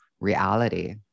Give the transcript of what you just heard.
reality